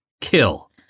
kill